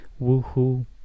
woohoo